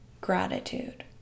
gratitude